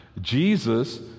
Jesus